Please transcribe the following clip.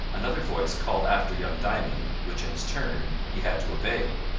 another voice called after young diamond, which, in his turn, he had to obey,